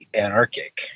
anarchic